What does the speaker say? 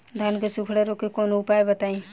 धान के सुखड़ा रोग के कौनोउपाय बताई?